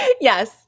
Yes